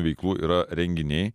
veiklų yra renginiai